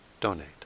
donate